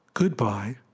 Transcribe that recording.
Goodbye